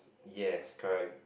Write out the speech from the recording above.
yes correct